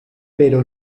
pero